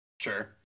Sure